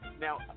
Now